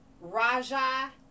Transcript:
Raja